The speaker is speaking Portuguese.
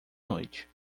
noite